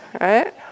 Right